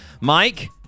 mike